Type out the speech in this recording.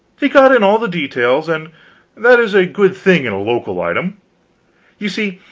he got in all the details, and that is a good thing in a local item you see,